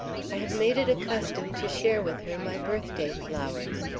i have made it a custom to share with her my birthday flowers.